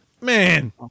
Man